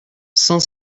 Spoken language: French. cent